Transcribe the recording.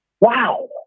Wow